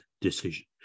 decision